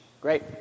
Great